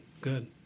good